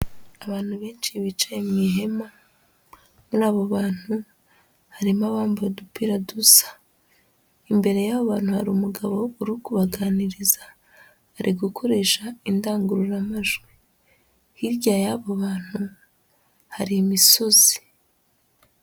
Abantu benshi bicaye mu ihema, muri abo bantu harimo abambaye udupira dusa, imbere y'abo bantu hari umugabo uri ku baganiriza ari gukoresha indangururamajwi, hirya y'abo bantu hari imisozi.